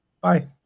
Bye